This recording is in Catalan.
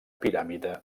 piràmide